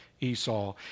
Esau